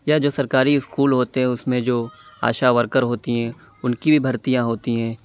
یا جو سرکاری اسکول ہوتے ہیں اُس میں جو آشا ورکر ہوتی ہیں اُن کی بھی بھرتیاں ہوتی ہیں